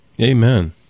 Amen